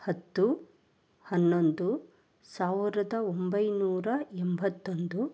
ಹತ್ತು ಹನ್ನೊಂದು ಸಾವಿರದ ಒಂಬೈನೂರ ಎಂಬತ್ತೊಂದು